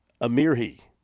Amirhi